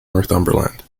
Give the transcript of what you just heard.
northumberland